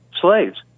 slaves